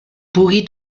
pugui